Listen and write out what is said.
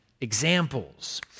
examples